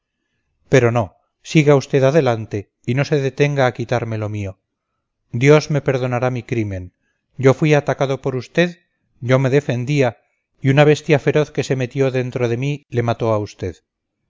pero no siga usted adelante y no se detenga a quitarme lo mío dios me perdonará mi crimen yo fui atacado por usted yo me defendía y una bestia feroz que se metió dentro de mí le mató a usted